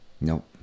Nope